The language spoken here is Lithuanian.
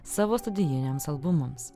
savo studijiniams albumams